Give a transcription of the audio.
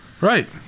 Right